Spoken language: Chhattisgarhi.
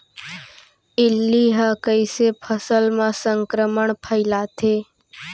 इल्ली ह कइसे फसल म संक्रमण फइलाथे?